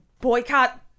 boycott